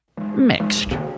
mixed